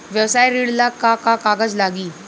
व्यवसाय ऋण ला का का कागज लागी?